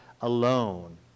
alone